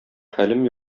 хәлем